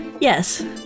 Yes